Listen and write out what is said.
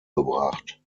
gebracht